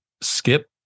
skip